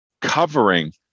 covering